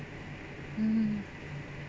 mm